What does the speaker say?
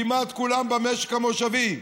כמעט כולן במשק המושבי,